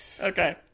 Okay